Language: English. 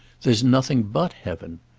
there's nothing but heaven.